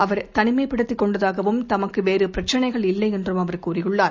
அவர் தனிமைப்படுத்திக் கொண்டதாகவும் தமக்கு வேறு பிரச்னைகள் இல்லை என்றும் அவர் தெரிவித்துள்ளார்